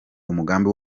umugambi